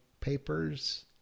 papers